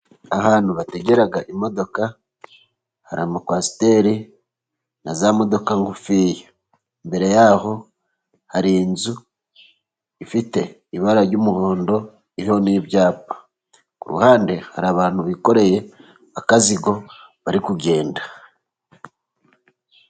Ahantu bategera imodoka, hari amakwasiteri na za modoka ngufiya, imbere yaho hari inzu ifite ibara ry'umuhondo, iriho n'ibyapa ku ruhande hari abantu bikoreye akazigo bari kugenda.